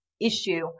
issue